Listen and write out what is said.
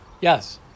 Yes